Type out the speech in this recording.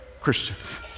Christians